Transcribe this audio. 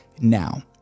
now